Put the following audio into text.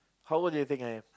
how old do you think I am